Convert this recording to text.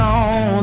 on